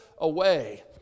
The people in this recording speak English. away